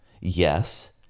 Yes